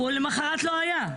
הוא למחרת לא היה.